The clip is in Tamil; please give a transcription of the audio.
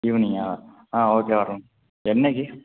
ஈவினிங்கா ஆ ஓகே வரோம் என்னைக்கு